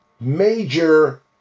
major